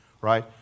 right